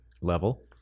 level